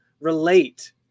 relate